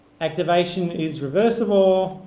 activation is reversible,